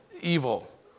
evil